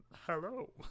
Hello